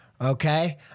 Okay